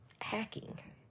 hacking